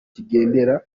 kigendera